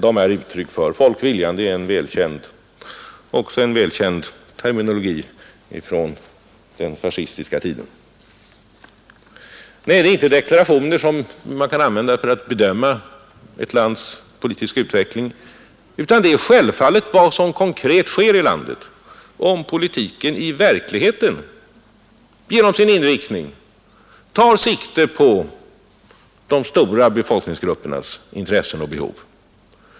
De är uttryck för folkviljan — det är en välkänd terminologi från den fascistiska tiden. Nej, sådana deklarationer kan inte användas för att bedöma ett lands politiska utveckling, utan det väsentliga är vad som konkret sker i landet, om politiken i verkligheten genom sin inriktning tar sikte på de stora befolkningsgruppernas intressen och behov.